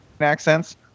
accents